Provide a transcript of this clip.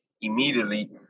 immediately